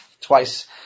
twice